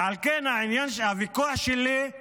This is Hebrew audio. ועל כן העניין של הוויכוח שלי הוא